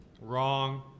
wrong